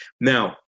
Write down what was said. now